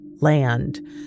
land